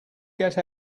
get